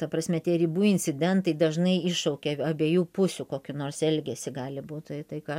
ta prasme tie ribų incidentai dažnai iššaukia abiejų pusių kokį nors elgesį gali būt tai tai ką